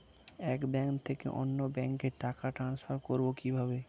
এক ব্যাংক থেকে অন্য ব্যাংকে টাকা ট্রান্সফার করবো কিভাবে?